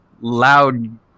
loud